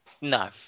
No